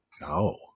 No